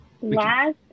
last